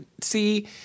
see